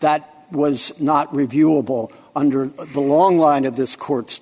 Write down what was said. that was not reviewable under the long line of this court's